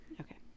Okay